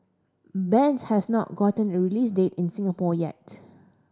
bends has not gotten a release date in Singapore yet